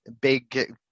big